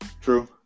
true